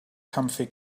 comfy